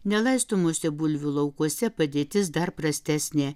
nelaistomuose bulvių laukuose padėtis dar prastesnė